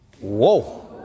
Whoa